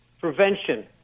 prevention